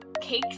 Cakes